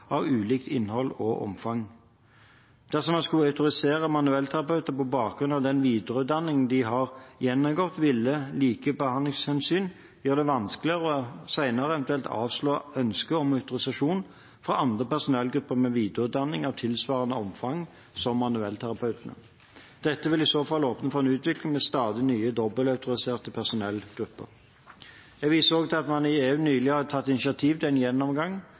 av ulikt innhold og omfang. Dersom man skulle autorisere manuellterapeuter på bakgrunn av den videreutdanning de har gjennomgått, ville likebehandlingshensyn gjøre det vanskeligere senere eventuelt å avslå ønsker om autorisasjon fra andre personellgrupper med videreutdanning av tilsvarende omfang som manuellterapeutene. Dette vil i så fall åpne for en utvikling med stadig nye dobbeltautoriserte personellgrupper. Jeg viser til at man i EU nylig har tatt initiativ til en gjennomgang